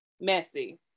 Messy